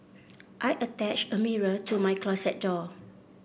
I attached a mirror to my closet door